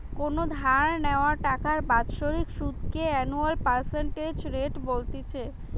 কোনো ধার নেওয়া টাকার বাৎসরিক সুধ কে অ্যানুয়াল পার্সেন্টেজ রেট বলতিছে